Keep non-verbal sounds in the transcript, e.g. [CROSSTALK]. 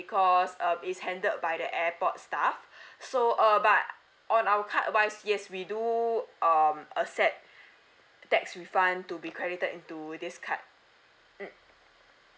because uh it's handed by the airport staff [BREATH] so uh but on our card wise yes we do um accept tax refund to be credited into this card mm